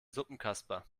suppenkasper